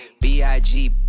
B-I-G